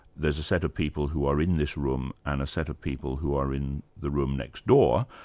there's a set of people who are in this room and a set of people who are in the room next door.